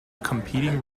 competing